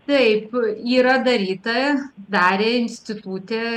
taip yra daryta darė institute